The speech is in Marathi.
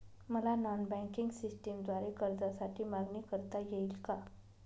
मला नॉन बँकिंग सिस्टमद्वारे कर्जासाठी मागणी करता येईल का?